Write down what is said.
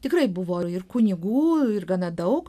tikrai buvo ir kunigų ir gana daug